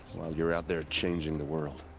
while you're out there changing the world.